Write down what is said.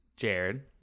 Jared